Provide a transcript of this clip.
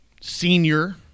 senior